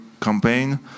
campaign